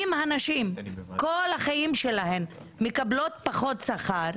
אם הנשים כל החיים שלהן מקבלות פחות שכר,